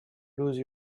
lose